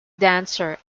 dancer